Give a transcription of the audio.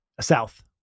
south